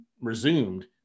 resumed